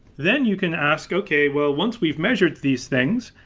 then you can ask, okay, well once we've measured these things,